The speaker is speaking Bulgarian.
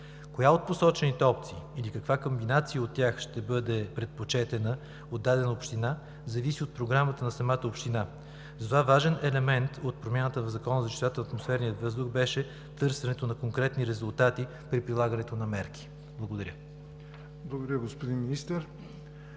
Коя от посочените опции или каква комбинация от тях ще бъде предпочетена от дадена община, зависи от програмата на самата община. Затова важен елемент от промяната в Закона за чистотата на атмосферния въздух беше търсенето на конкретни резултати при прилагането на мерките. Благодаря. ПРЕДСЕДАТЕЛ ЯВОР